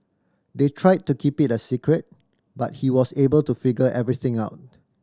they tried to keep it a secret but he was able to figure everything out